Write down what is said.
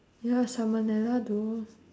ya salmonella though